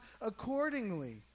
accordingly